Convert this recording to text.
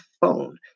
phone